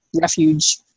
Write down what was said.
refuge